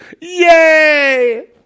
yay